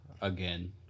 again